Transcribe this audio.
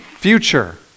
Future